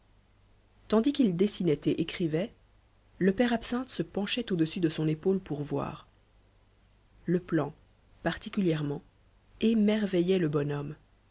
tandis qu'il dessinait et écrivait le père absinthe se penchait au-dessus de son épaule pour voir le plan particulièrement émerveillait le bonhomme